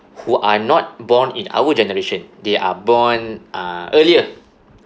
who are not born in our generation they are born uh earlier